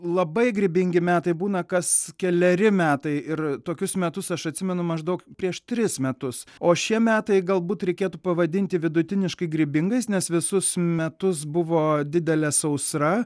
labai grybingi metai būna kas keleri metai ir tokius metus aš atsimenu maždaug prieš tris metus o šie metai galbūt reikėtų pavadinti vidutiniškai grybingais nes visus metus buvo didelė sausra